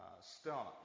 Start